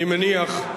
אני מניח,